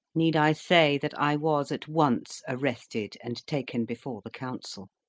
need i say that i was at once arrested and taken before the council?